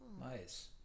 Nice